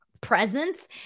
presence